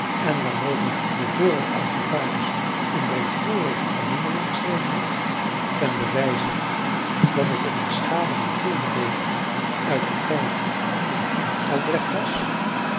en waarover de vorige archivaris een breedvoerige verhandeling geschreven had ten bewijze dat het een beschadigde gildebeker uit den tijd van graaf albrecht was